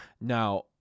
Now